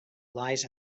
lies